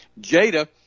Jada